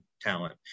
talent